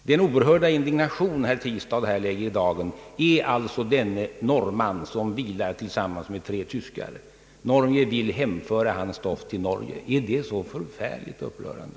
Den oerhörda indignation herr Tistad här lägger i dagen gäller alltså denne norrman, som vilar tillsammans med tre tyskar. Man vill hemföra hans stoft till Norge. är det så förfärligt upprörande?